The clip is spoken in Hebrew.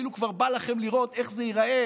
כאילו כבר בא לכם כבר לראות איך זה ייראה